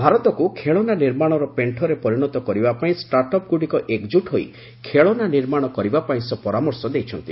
ଭାରତକୁ ଖେଳନା ନିର୍ମାଣର ପେଶ୍ଚରେ ପରିଣତ କରିବା ପାଇଁ ଷ୍ଟାଟ୍ଅପ୍ ଗୁଡ଼ିକ ଏକକ୍କୁଟ ହୋଇ ଖେଳନା ନିର୍ମାଣ କରିବା ପାଇଁ ସେ ପରାମର୍ଶ ଦେଇଛନ୍ତି